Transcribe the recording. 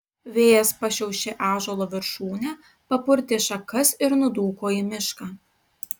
vėjas pašiaušė ąžuolo viršūnę papurtė šakas ir nudūko į mišką